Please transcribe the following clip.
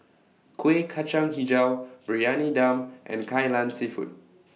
Kuih Kacang Hijau Briyani Dum and Kai Lan Seafood